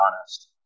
honest